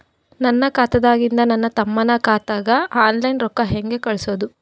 ನನ್ನ ಖಾತಾದಾಗಿಂದ ನನ್ನ ತಮ್ಮನ ಖಾತಾಗ ಆನ್ಲೈನ್ ರೊಕ್ಕ ಹೇಂಗ ಕಳಸೋದು?